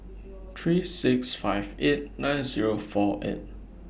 three six five eight nine Zero four eight